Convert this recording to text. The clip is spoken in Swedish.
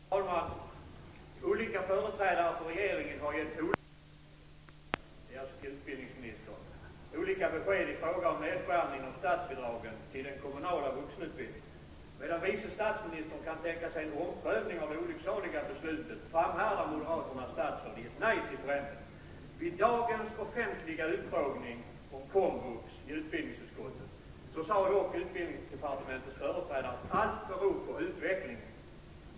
Herr talman! Olika företrädare för regeringen har gett olika besked i fråga om nedskärningen av statsbidraget till den kommunala vuxenutbildningen. Medan vice statsministern kan tänka sig en omprövning av det olycksaliga beslutet framhärdar moderaternas statsråd i ett nej till förändring. Vid dagens offentliga utfrågning om komvux i utbildningsutskottet, sade dock utbildningsdepartementets företrädare att allt beror på utvecklingen.